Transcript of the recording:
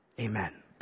Amen